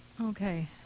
Okay